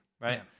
right